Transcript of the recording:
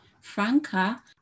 Franca